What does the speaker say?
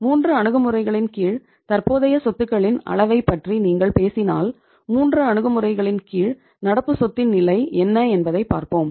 3 அணுகுமுறைகளின் கீழ் தற்போதைய சொத்துகளின் அளவைப் பற்றி நீங்கள் பேசினால் 3 அணுகுமுறைகளின் கீழ் நடப்பு சொத்தின் நிலை என்ன என்பதைப் பார்ப்போம்